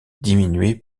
diminuer